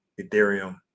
Ethereum